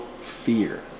fear